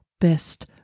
Best